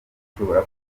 ashobora